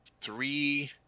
three